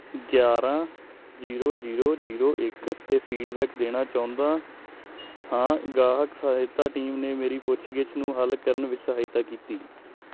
ਗਿਆਰਾਂ zero zero zero ਇੱਕ 'ਤੇ ਫੀਡਬੈਕ ਦੇਣਾ ਚਾਹੁੰਦਾ ਹਾਂ ਗਾਹਕ ਸਹਾਇਤਾ ਟੀਮ ਨੇ ਮੇਰੀ ਪੁੱਛਗਿੱਛ ਨੂੰ ਹੱਲ ਕਰਨ ਵਿੱਚ ਸਹਾਇਤਾ ਕੀਤੀ